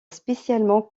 spécialement